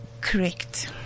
Correct